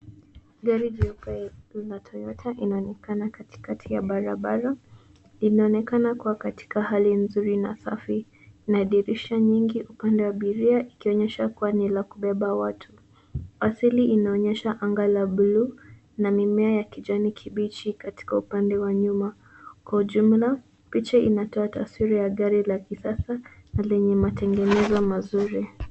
Gari jeupe la Toyota inaonekana katikati ya barabara. Inaonekana kuwa katika hali nzuri na safi na dirisha nyingi upande wa abiria ikionyesha kuwa ni la kubeba watu. Asili inaonyesha anga la buluu na mimea ya kijani kibichi katika upande wa nyuma. Kwa ujumla picha inatoa taswira ya gari la kisasa lenye matengenezo mazuri.